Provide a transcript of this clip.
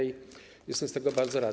Jestem z tego bardzo rad.